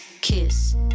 kiss